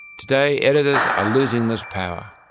today editors are losing this power.